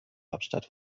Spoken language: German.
hauptstadt